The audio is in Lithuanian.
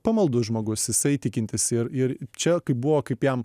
pamaldus žmogus jisai tikintis ir ir čia kaip buvo kaip jam